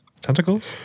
Tentacles